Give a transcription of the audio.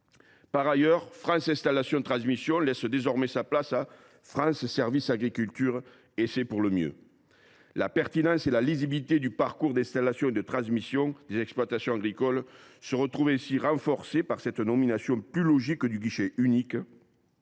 Par ailleurs, France installations transmissions laisse désormais sa place à France Services agriculture, et c’est pour le mieux. La pertinence et la lisibilité du parcours d’installation et de transmission des exploitations agricoles se trouvent ainsi renforcées par cette dénomination plus logique du guichet unique,